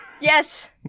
Yes